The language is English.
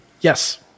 Yes